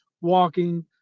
walking